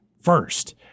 first